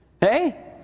Hey